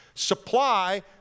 supply